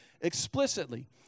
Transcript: explicitly